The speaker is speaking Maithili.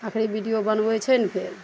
आखरी विडियो बनबय छै ने फेर